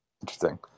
Interesting